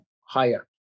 higher